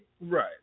Right